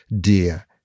dear